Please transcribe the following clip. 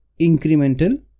incremental